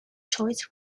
choice